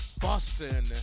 Boston